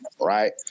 right